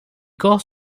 corps